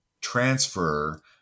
transfer